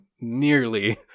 nearly